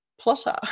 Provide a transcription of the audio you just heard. plotter